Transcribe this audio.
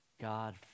God